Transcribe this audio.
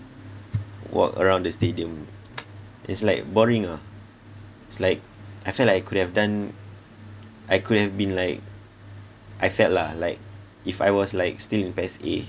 walk around the stadium is like boring ah it's like I felt like I could have done I could have been like I felt lah like if I was like still in PES A